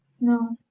No